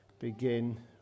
begin